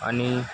अनि